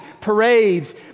parades